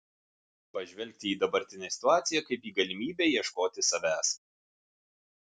pažvelgti į dabartinę situaciją kaip į galimybę ieškoti savęs